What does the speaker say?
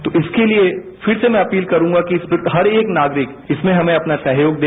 तो इसके लिये फिर से मैं अपील करूंगा कि इसमें हर एक नागरिक इसमें हमेंअपना सहयोग दे